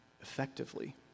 effectively